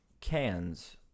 cans